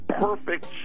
perfect